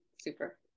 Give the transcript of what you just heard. Super